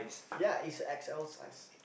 ya it's a x_l size